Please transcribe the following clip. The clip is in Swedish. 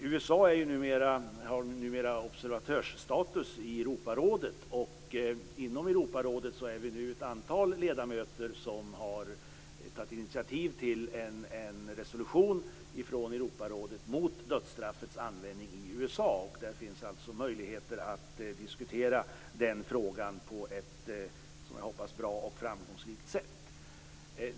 USA har ju numera observatörsstatus i Europarådet, och inom Europarådet är vi nu ett antal ledamöter som har tagit initiativ till en resolution mot dödsstraffets användning i USA. Det finns alltså möjligheter att diskutera den frågan på ett som jag hoppas bra och framgångsrikt sätt.